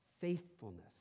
faithfulness